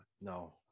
No